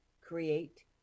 create